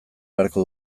beharko